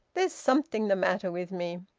there's something the matter with me!